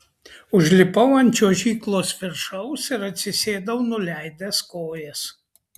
užlipau ant čiuožyklos viršaus ir atsisėdau nuleidęs kojas